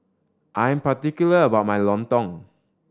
I'm particular about my lontong